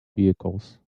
vehicles